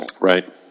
Right